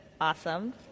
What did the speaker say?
Awesome